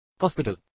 hospital